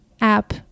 app